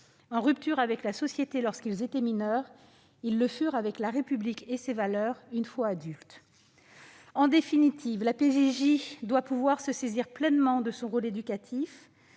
En rupture avec la société lorsqu'ils étaient mineurs, ils le furent avec la République et ses valeurs, une fois adultes. En définitive, la PJJ doit pouvoir exercer pleinement son rôle éducatif